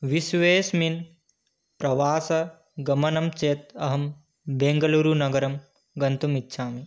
विश्वेस्मिन् प्रवासगमनं चेत् अहं बेङ्गलूरु नगरं गन्तुमिच्छामि